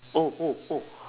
oh oh oh